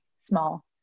small